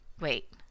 Wait